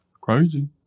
Crazy